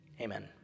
Amen